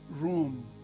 room